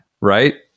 right